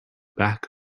back